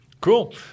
Cool